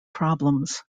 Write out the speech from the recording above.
problems